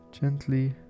gently